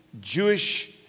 Jewish